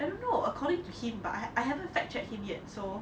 I don't know according to him but I I have fact check him yet so